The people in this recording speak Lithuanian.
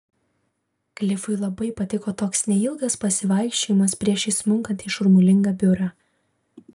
klifui labai patiko toks neilgas pasivaikščiojimas prieš įsmunkant į šurmulingą biurą